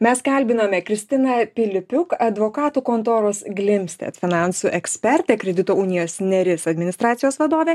mes kalbinome kristiną pilipiuk advokatų kontoros glimsted finansų ekspertę kredito unijos neris administracijos vadovę